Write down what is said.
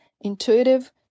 intuitive